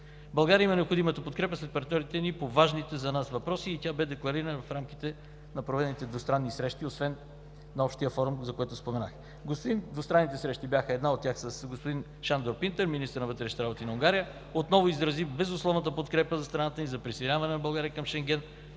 България има необходимата подкрепа сред партньорите ни по важните за нас въпроси и тя бе декларирана в рамките на проведените двустранни срещи освен на общия форум, за който споменах. Двустранните срещи. Една от тях беше с господин Шандор Пинтер, министър на вътрешните работи на Унгария, който отново изрази безусловната подкрепа за страната ни за присъединяване на България към Шенген.